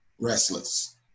restless